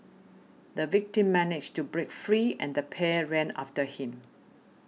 the victim managed to break free and the pair ran after him